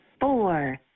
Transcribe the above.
Four